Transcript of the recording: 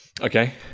Okay